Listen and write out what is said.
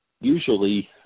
usually